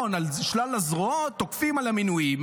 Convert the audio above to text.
על שלל הזרועות תוקפים על המינויים,